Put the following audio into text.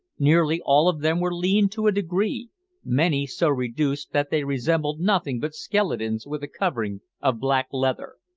nearly all of them were lean to a degree many so reduced that they resembled nothing but skeletons with a covering of black leather.